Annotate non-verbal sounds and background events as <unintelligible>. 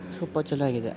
<unintelligible> ಚಲೋ ಆಗಿದೆ